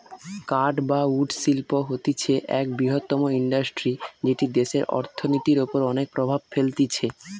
কাঠ বা উড শিল্প হতিছে এক বৃহত্তম ইন্ডাস্ট্রি যেটি দেশের অর্থনীতির ওপর অনেক প্রভাব ফেলতিছে